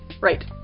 Right